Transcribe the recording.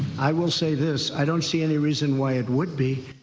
i will say, this i don't see any reason why it would be.